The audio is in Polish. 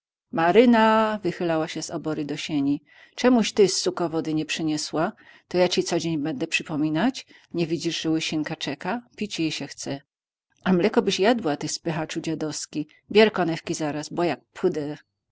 maryna wychylała się z obory do sieni czemuś ty suko wody nie przyniesła to ja ci codzień będę przypominać nie widzisz że łysinka czeka pić jej się chce a mleko byś jadła ty spychaczu dziadowski bier konewki zaraz bo jak pudę